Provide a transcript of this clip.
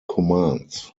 commands